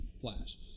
Flash